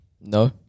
No